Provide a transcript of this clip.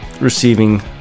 receiving